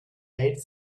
eight